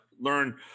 learn